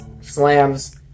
slams